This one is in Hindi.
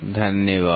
धन्यवाद